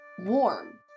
warm